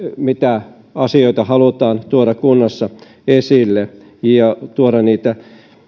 mitä asioita siellä halutaan tuoda esille ja tuoda niitä